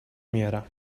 میارم